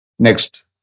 Next